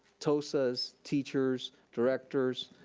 tosas, teachers, directors,